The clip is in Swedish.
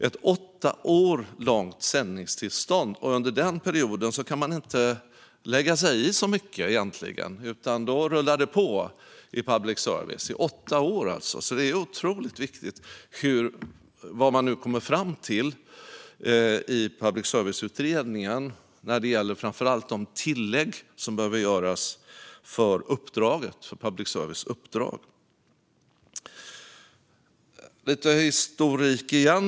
Under dessa åtta år kan man inte lägga sig i så mycket, utan då rullar det på i public service. Eftersom det handlar om hela åtta år är det otroligt viktigt vad utredningen kommer fram till, framför allt när det gäller de tillägg som behöver göras till public services uppdrag. Så lite historik igen.